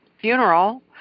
funeral